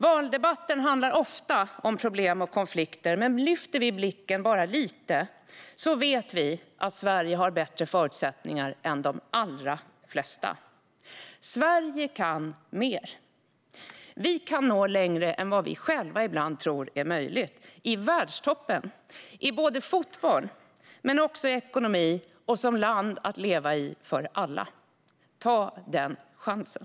Valdebatten handlar ofta om problem och konflikter. Men lyfter vi blicken bara lite vet vi att Sverige har bättre förutsättningar än de allra flesta. Sverige kan mer. Vi kan nå längre än vi själva ibland tror är möjligt. Vi kan nå världstoppen, i fotboll men också i ekonomi och som land att leva i för alla. Ta den chansen!